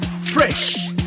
Fresh